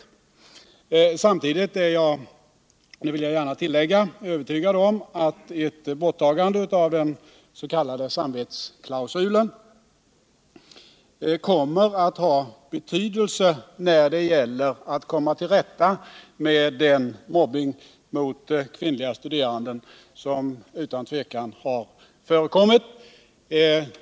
Jag vill gärna tillägga att Jag är övertygad om att ett borttagande av den s.k. samvetsklausulen kommer att ha betydelse när det gäller att komma till rätta med den mobbning mot kvinnliga studerande som utan tvivel har förekommit.